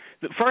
First